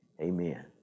Amen